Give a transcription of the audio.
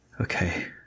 okay